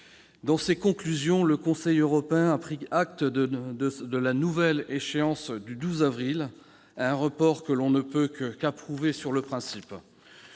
Dans ses conclusions, le Conseil européen a pris acte de la nouvelle échéance du 12 avril, un report que l'on ne peut qu'approuver sur le principe.